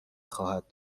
خواهد